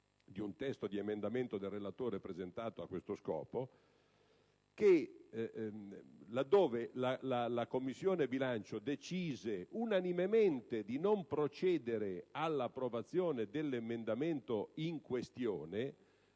di un emendamento del relatore presentato a questo scopo, allorché la Commissione bilancio decise unanimemente di non procedere all'approvazione dell'emendamento in questione